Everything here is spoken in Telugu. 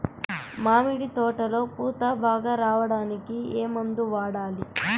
మామిడి తోటలో పూత బాగా రావడానికి ఏ మందు వాడాలి?